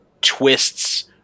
twists